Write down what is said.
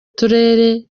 turere